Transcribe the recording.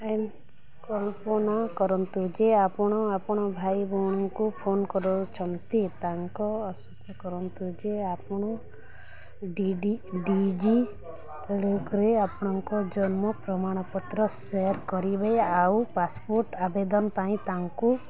ଏ କଳ୍ପନା କରନ୍ତୁ ଯେ ଆପଣ ଆପଣ ଭାଇ ଭଉଣୀଙ୍କୁ ଫୋନ କରଉଛନ୍ତି ତାଙ୍କ କରନ୍ତୁ ଯେ ଆପଣ ଡିଜିଲକରେ ଆପଣଙ୍କ ଜନ୍ମ ପ୍ରମାଣପତ୍ର ସେୟାର କରିବେ ଆଉ ପାସପୋର୍ଟ ଆବେଦନ ପାଇଁ ତାଙ୍କୁ